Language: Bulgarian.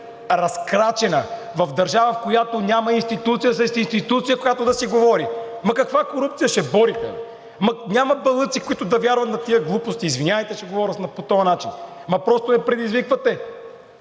разкрачена, в държава, в която няма институция с институция, която да си говори, каква корупция ще борите? Няма балъци, които да вярват на тези глупости. Извинявайте, че говоря по този начин, но просто ме предизвиквате.